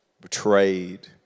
betrayed